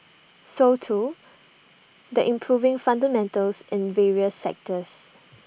so too the improving fundamentals in various sectors